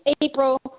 April